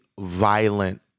violent